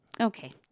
okay